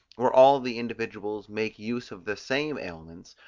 where all the individuals make use of the same aliments,